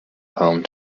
home